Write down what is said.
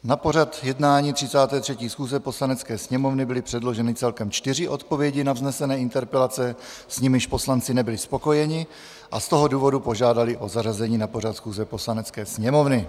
Na pořad jednání 33. schůze Poslanecké sněmovny byly předloženy celkem čtyři odpovědi na vznesené interpelace, s nimiž poslanci nebyli spokojeni, a z toho důvodu požádali o zařazení na pořad schůze Poslanecké sněmovny.